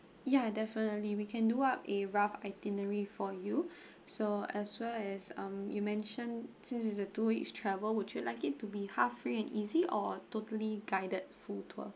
ya definitely we can do up a rough itinerary for you so as well as um you mention since it's a two weeks travel would you like it to be half free and easy or totally guided full tour